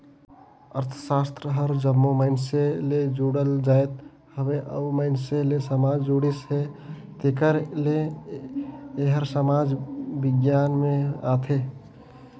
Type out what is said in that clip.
अर्थसास्त्र हर जम्मो मइनसे ले जुड़ल जाएत हवे अउ मइनसे ले समाज जुड़िस हे तेकर ले एहर समाज बिग्यान में आथे